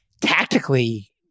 tactically